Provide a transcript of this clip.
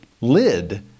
lid